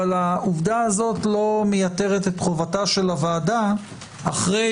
אבל העובדה הזאת לא מייתרת את חובתה של הוועדה אחרי